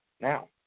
Now